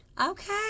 Okay